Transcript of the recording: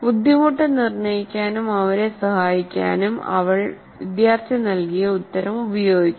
ബുദ്ധിമുട്ട് നിർണ്ണയിക്കാനും അവരെ സഹായിക്കാനും അവൾ വിദ്യാർത്ഥി നൽകിയ ഉത്തരം ഉപയോഗിക്കുന്നു